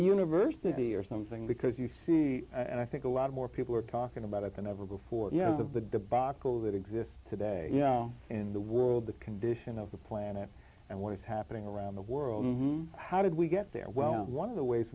university or something because you see and i think a lot more people are talking about it than ever before you know of the debacle that exists today in the world the condition of the planet and what is happening around the world how did we get there well one of the ways